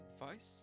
advice